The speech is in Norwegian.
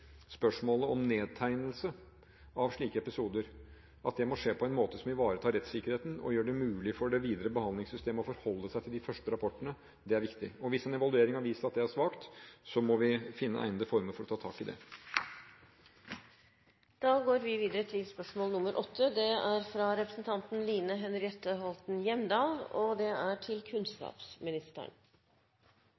nedtegnelse av slike episoder, må det skje på en måte som ivaretar rettssikkerheten og gjør det mulig for det videre behandlingssystemet å forholde seg til de første rapportene. Det er viktig. Hvis en evaluering har vist at det er svakt, må vi finne egnede former for å ta tak i det.